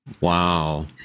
Wow